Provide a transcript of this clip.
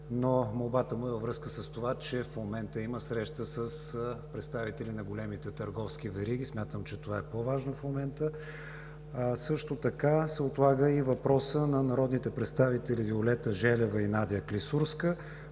Молбата му е във връзка с това, че в момента има среща с представители на големите търговски вериги, което смятам, че е по-важно в момента. Отлага се и въпросът на народните представители Виолета Желева и Надя Клисурска